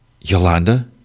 Yolanda